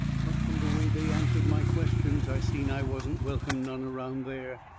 but from the way they answered my questions i seen i wasn't welcome none around there.